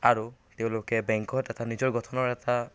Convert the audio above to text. আৰু তেওঁলোকে বেংকত এটা নিজৰ গঠনৰ এটা